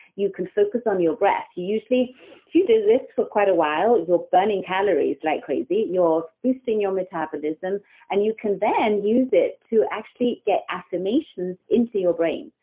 you can focus on your breath usually, if you do this for quite a while, you're burning calories like crazy. you're boosting your metabolism and you can then use it to actually get affirmations into your brain.